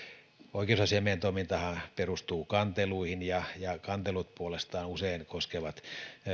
oikeusasiamiehen toimintahan perustuu kanteluihin ja kantelut puolestaan usein koskevat